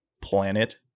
planet